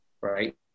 right